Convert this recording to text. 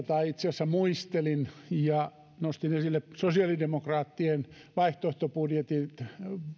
tai itse asiassa muistelin menneen kauden vaihtoehtobudjetteja ja nostin esille sosiaalidemokraattien vaihtoehtobudjetit